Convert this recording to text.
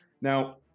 Now